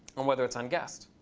and whether it's unguessed.